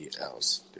else